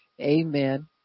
Amen